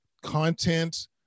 content